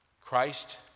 Christ